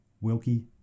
Wilkie